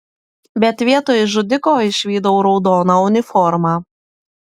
bet vietoj žudiko išvydau raudoną uniformą